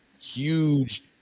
huge